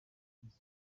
myiza